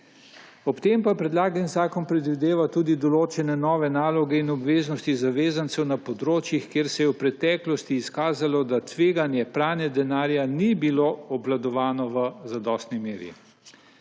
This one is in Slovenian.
Ob tem pa predlagani zakon predvideva tudi določene nove naloge in obveznosti zavezancev na področjih, kjer se je v preteklosti izkazalo, da tveganje pranja denarja ni bilo obvladovano v zadostni meri.